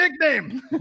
nickname